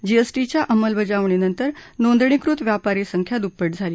जीएसटीच्या अंमलबजावणी नंतर नोंदणीकृत व्यापारी संख्या दुप्पट झाली